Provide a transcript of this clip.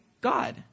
God